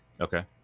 Okay